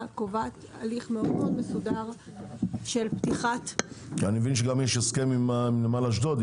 קובעת הליך מאוד מסודר פתיחת- -- אני מבין שיש הסכם עם נמל אשדוד,